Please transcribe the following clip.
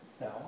No